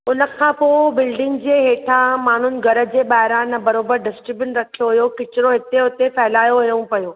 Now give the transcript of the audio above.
हुन खां पोइ बिल्डिंग जे हेठां माण्हुनि घर जे ॿाहिरां न बरोबर डस्ट्बिन रखियो हुयो किचरो हिते हुते फैलायो हुयो पियो